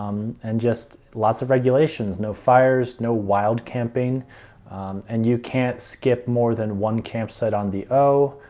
um and just lots of regulations. no fires, no wild camping and you can't skip more than one campsite on the o.